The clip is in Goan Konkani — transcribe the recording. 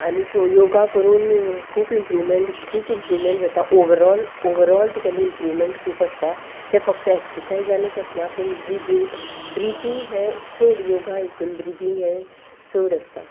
आनीक योगा करून खूब इमप्रूवमेंट खूब इमप्रूवमेंट जाता ओवरऑल ओवरऑल तुगेलें इम्प्रूवमेंट खूब आसता तें फक्त एक्सरसायजानूच आसना पूण ब्रिदिंग ब्रिदींग हें चड योगा हितून ब्रिदींग हें चड आसता